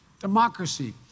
democracy